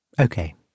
Okay